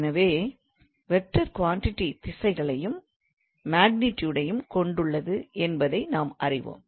எனவே vector quantity திசைகளையும் மாக்னிட்டியூடயும் கொண்டுள்ளது என்பதை நாம் அறிவோம்